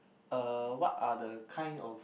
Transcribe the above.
uh what are the kind of